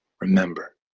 remember